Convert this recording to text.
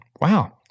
Wow